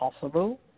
possible